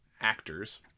actors